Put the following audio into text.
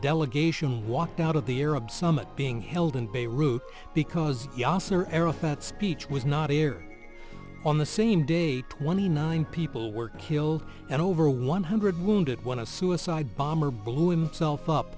delegation walked out of the arab summit being held in beirut because yasser arafat's speech was not aired on the same day twenty nine people were killed and over one hundred wounded when a suicide bomber blew himself up